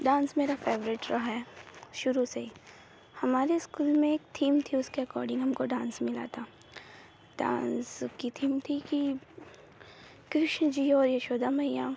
dance मेरा favourite रहा है शुरू से ही हमारे स्कूल में एक थीम थी उसके एकोर्डिंग हमको डांस मिला था डांस की थीम थी कि कृष्ण जी और यशोदा मैया